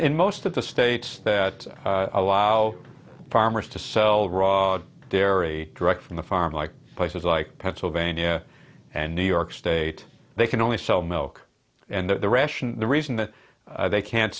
in most of the states that allow farmers to sell raw dairy direct from the farm like places like pennsylvania and new york state they can only sell milk and the ration the reason that they can't